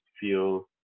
feel